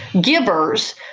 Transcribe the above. givers